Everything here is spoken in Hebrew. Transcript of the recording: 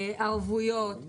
ערבויות.